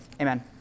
amen